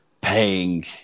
paying